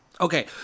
Okay